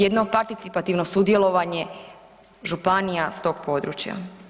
Jedno participativno sudjelovanje županija s tog područja.